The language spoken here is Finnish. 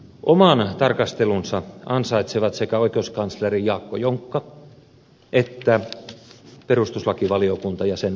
oman tarkastelunsa ansaitsevat sekä oikeuskansleri jaakko jonkka että perustuslakivaliokunta ja sen tietovuodot